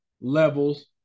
levels